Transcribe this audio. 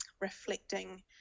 reflecting